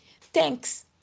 Thanks